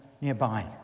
nearby